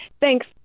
Thanks